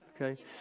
Okay